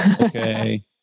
Okay